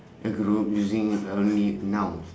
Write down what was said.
a group using only nouns